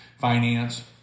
finance